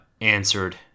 answered